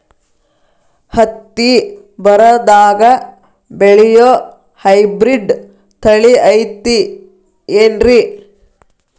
ಹತ್ತಿ ಬರದಾಗ ಬೆಳೆಯೋ ಹೈಬ್ರಿಡ್ ತಳಿ ಐತಿ ಏನ್ರಿ?